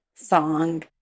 song